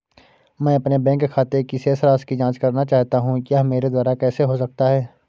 मैं अपने बैंक खाते की शेष राशि की जाँच करना चाहता हूँ यह मेरे द्वारा कैसे हो सकता है?